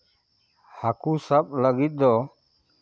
ᱦᱟᱹᱠᱩ ᱥᱟᱵ ᱞᱟᱹᱜᱤᱫ ᱫᱚ